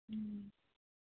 अं